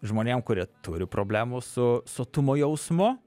žmonėm kurie turi problemų su sotumo jausmu